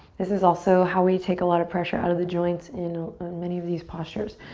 this is also how we take a lot of pressure out of the joints in many of these postures.